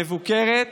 מבוקרת